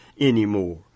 anymore